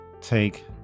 take